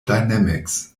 dynamics